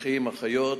רכישות,